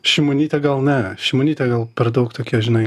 šimonytė gal ne šimonytė gal per daug tokia žinai